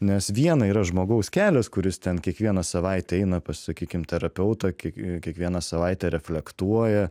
nes viena yra žmogaus kelias kuris ten kiekvieną savaitę eina pas sakykim terapeutą kiek kiekvieną savaitę reflektuoja